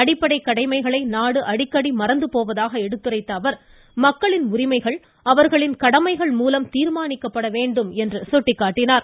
அடிப்படை கடமைகளை நாடு அடிக்கடி மறந்து போவதாக எடுத்துரைத்த அவர் மக்களின் உரிமைகள் அவர்களின் கடமைகள் மூலம் தீர்மானிக்கப்பட வேண்டும் என்று சுட்டிக்காட்டினார்